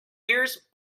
years